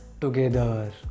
together